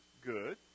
good